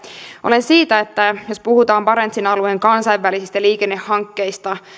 olen siitä että jos puhutaan barentsin alueen kansainvälisistä liikennehankkeista